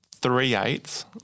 three-eighths